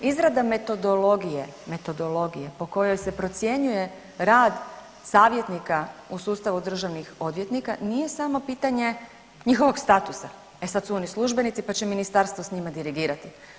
Izrada metodologije, metodologije po kojoj se procjenjuje rad savjetnika u sustavu državnih odvjetnika nije samo pitanje njihovog statusa, e sad su oni službenici pa će Ministarstvo s njima dirigirati.